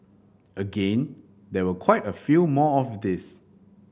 again there were quite a few more of these